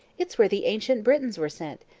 it's where the ancient britons were sent.